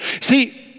See